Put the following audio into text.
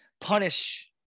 punish